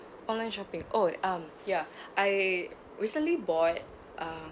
online shopping oh um ya I recently bought a